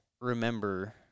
remember